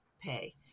pay